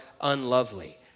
unlovely